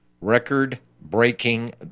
record-breaking